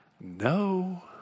No